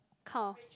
kind of